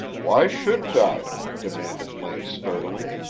why shouldn't i? demanded link sturdily.